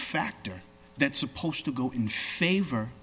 factor that's supposed to go in favor